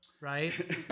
right